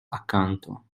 accanto